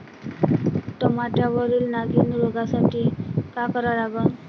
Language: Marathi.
टमाट्यावरील नागीण रोगसाठी काय करा लागन?